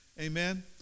Amen